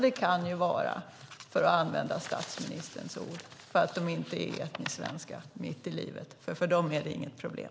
Det kan ju vara, för att använda statsministerns ord, för att de inte är etniska svenskar mitt i livet - för dem är det inget problem.